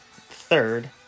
third